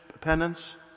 penance